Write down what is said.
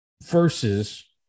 versus